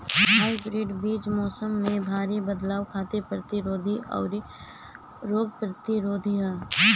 hybrid बीज मौसम में भारी बदलाव खातिर प्रतिरोधी आउर रोग प्रतिरोधी ह